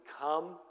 come